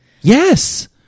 Yes